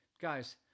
Guys